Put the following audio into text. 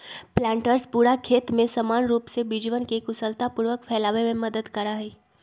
planters पूरा खेत में समान रूप से बीजवन के कुशलतापूर्वक फैलावे में मदद करा हई